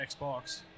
Xbox